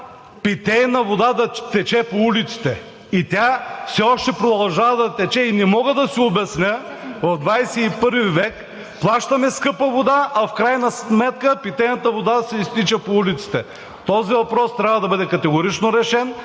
питейна вода по улиците. И тя все още продължава да тече, и не мога да си обясня в XXI век да плащаме скъпа вода, а в крайна сметка питейната вода се изтича по улиците. Този въпрос трябва да бъде категорично решен